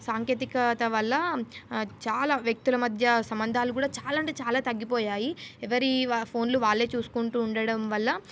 సాంకేతికత వల్ల చాలా వ్యక్తుల మధ్య సంబంధాలు కూడా చాలా అంటే చాలా తగ్గిపోయాయి ఎవరి ఫోన్లు వాళ్ళే చూసుకుంటూ ఉండడం వల్ల